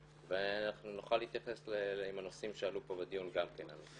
ונוכל להתייחס לנושאים שעלו פה בדיון גם.